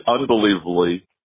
unbelievably